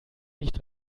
nicht